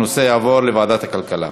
הנושא יעבור לוועדת הכלכלה.